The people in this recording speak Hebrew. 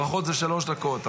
ברכות זה שלוש דקות,